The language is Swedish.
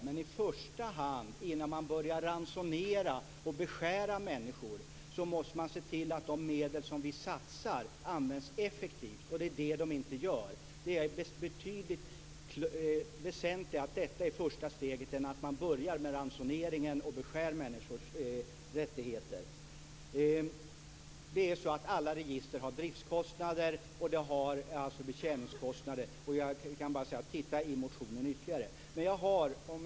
Men innan man börjar ransonera och beskära måste man se till att de medel som vi satsar används effektivt. Det är det man inte gör. Det är väsentligt att detta är det första steget, att man inte börjar ransonering och beskär människornas rättigheter. Alla register har driftskostnader och betjäningskostnader. Jag kan bara säga: Titta i motionen ytterligare.